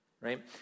right